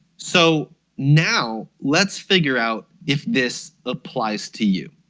so now let's figure out if this applies to you.